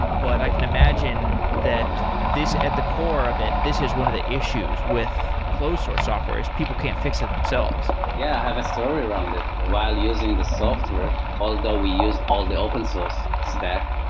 but i can imagine that at the core of it, this is one of the issues with closed source software, is people can't fix it themselves. yeah, i have a story around it. while using the software, although we used all the open source stack.